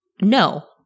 No